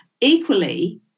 Equally